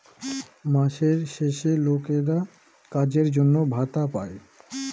মাসের শেষে লোকেরা কাজের জন্য ভাতা পাই